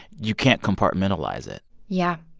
you can't compartmentalize it yeah.